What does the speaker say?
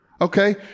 okay